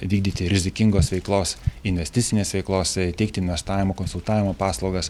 vykdyti rizikingos veiklos investicinės veiklos teikti investavimo konsultavimo paslaugas